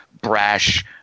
brash